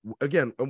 again